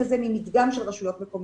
מדגם של רשויות מקומיות.